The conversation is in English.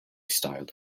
styled